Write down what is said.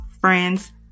friends